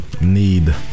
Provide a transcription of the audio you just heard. need